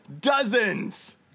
Dozens